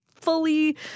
fully